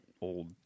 old